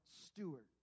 steward